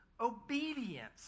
obedience